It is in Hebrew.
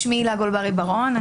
שמי הילה גולברי בר-און.